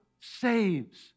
saves